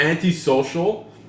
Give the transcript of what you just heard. Anti-social